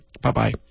Bye-bye